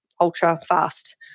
ultra-fast